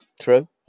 true